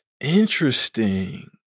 Interesting